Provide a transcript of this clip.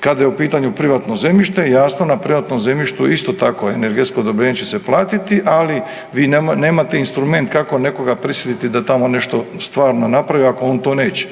Kada je u pitanju privatno zemljište jasno na privatnom zemljištu isto tako energetsko odobrenje će se platiti, ali vi nemate instrument kako nekoga prisiliti da tmo nešto stvarno napravi ako on to neće.